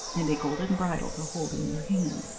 and a golden bridle to hold in your hand.